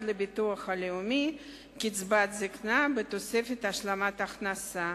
לביטוח לאומי קצבת זיקנה בתוספת השלמת הכנסה